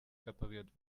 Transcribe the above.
repariert